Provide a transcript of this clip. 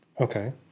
Okay